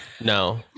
No